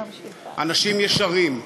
אנשים ישרים,